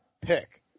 pick